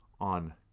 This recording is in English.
on